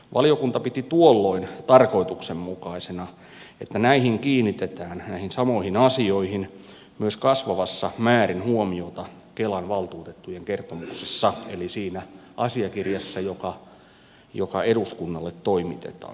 valiokunta piti tuolloin tarkoituksenmukaisena että näihin kiinnitetään näihin samoihin asioihin kasvavassa määrin huomiota myös kelan valtuutettujen kertomuksessa eli siinä asiakirjassa joka eduskunnalle toimitetaan